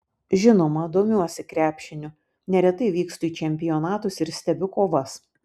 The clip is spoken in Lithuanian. žinoma domiuosi krepšiniu neretai vykstu į čempionatus ir stebiu kovas